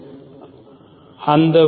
என மாற்ற முடியும்